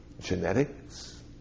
genetics